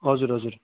हजुर हजुर